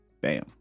Bam